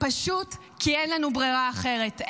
פשוט כי אין לנו ברירה אחרת.